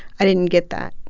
i didn't get that.